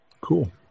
Cool